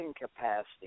capacity